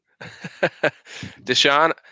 Deshaun